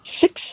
six